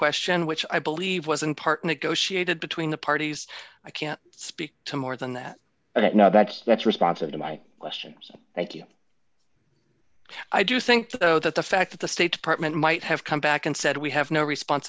question which i believe was in part negotiated between the parties i can't speak to more than that i don't know that that's responsive to my questions thank you i do think though that the fact that the state department might have come back and said we have no response